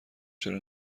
چرا